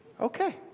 okay